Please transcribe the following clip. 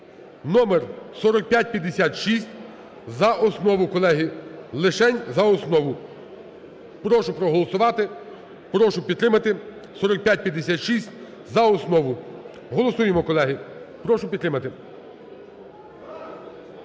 (№ 4556) за основу. Колеги, лишень за основу. Прошу проголосувати. Прошу підтримати 4556 за основу. Голосуємо, колеги. Прошу підтримати.